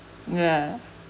yeah